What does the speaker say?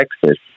Texas